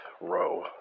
row